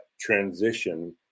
transition